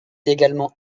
également